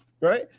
Right